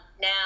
now